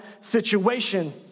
situation